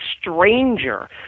stranger